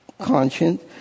conscience